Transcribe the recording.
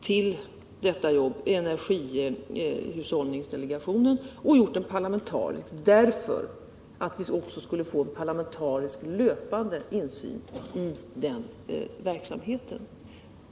Till detta jobb har vi knutit energihushållningsdelegationen och gjort den parlamentarisk för att få en parlamentarisk löpande insyn i denna verksamhet.